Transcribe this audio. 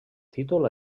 títol